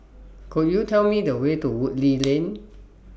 Could YOU Tell Me The Way to Woodleigh Lane